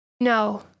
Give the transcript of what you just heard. No